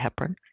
heparin